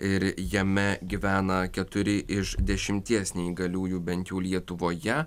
ir jame gyvena keturi iš dešimties neįgaliųjų bent jau lietuvoje